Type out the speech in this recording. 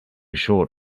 short